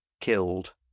killed